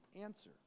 answer